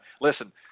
listen